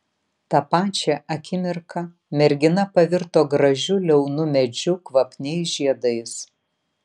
tą pačią akimirka mergina pavirto gražiu liaunu medžiu kvapniais žiedais